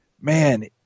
man